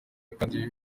kandi